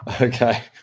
okay